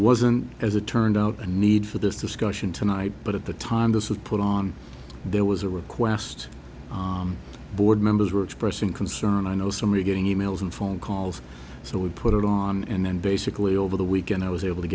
wasn't as it turned out a need for this discussion tonight but at the time this was put on there was a request board members were expressing concern i know somebody's getting e mails and phone calls so we put it on and then basically over the weekend i was able to